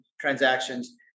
transactions